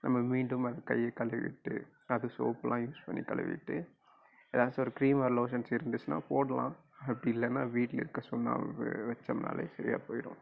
நம்ம மீண்டும் அந்த கையை கழுவிட்டு அது சோப்புலாம் யூஸ் பண்ணி கழுவிட்டு ஏதாச்சும் ஒரு க்ரீம் ஆர் லோஷன்ஸ் இருந்துச்சுனா போடலாம் அப்படி இல்லைனா வீட்டிலே சுண்ணாம்பு வச்சோமுனாலே சரியாக போய்டும்